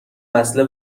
وصله